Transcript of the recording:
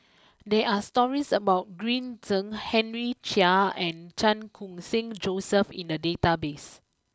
there are stories about Green Zeng Henry Chia and Chan Khun sing Joseph in the database